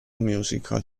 musical